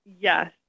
Yes